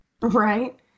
Right